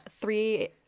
three